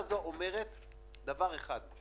אם